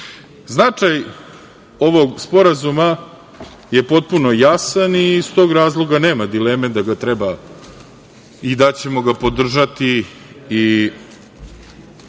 ovog sporazuma je potpuno jasan. Iz tog razloga nema dileme da ga treba i da ćemo ga podržati i